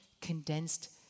condensed